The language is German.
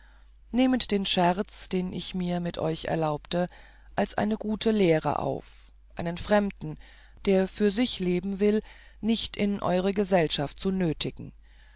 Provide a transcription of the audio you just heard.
nehmet den scherz den ich mir mit euch erlaubte als eine gute lehre auf einen fremden der für sich leben will nicht in eure gesellschaft zu nötigen